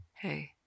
Hey